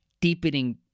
deepening